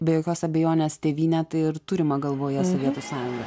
be jokios abejonės tėvynę tai ir turima galvoje sovietų sąjunga